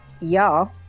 y'all